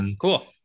Cool